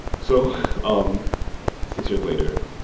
so um six years later,